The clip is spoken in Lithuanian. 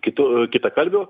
kitų kitakalbių